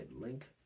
link